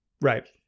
Right